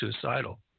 suicidal